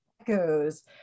echoes